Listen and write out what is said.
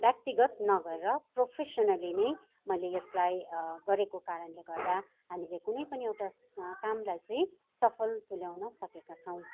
व्यक्तिगत नगएर प्रोफेसनली नै मैले यसलाई गरेको कारणले गर्दा हामीले कुनै पनि एउटा कामलाई चाहिँ सफल तुल्याउन सकेका छौँ